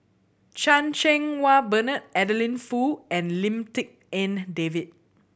Chan Cheng Wah Bernard Adeline Foo and Lim Tik En David